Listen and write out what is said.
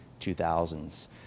2000s